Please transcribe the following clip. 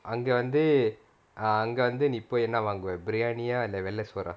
அங்க வந்து அங்க வந்து நீ போய் என்ன வாங்குவே::anga vanthu anga vanthu nee poi enna vanguve briyani யா வெள்ள சோறா:yaa vella soraa